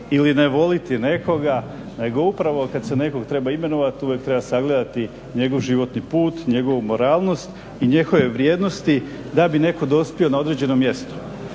ili ne voliti nekoga nego upravo kad se nekog treba imenovati uvijek treba sagledati njegov životni put, njegovu moralnost i njegove vrijednosti da bi netko dospio na određeno mjesto.